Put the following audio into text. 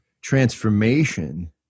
transformation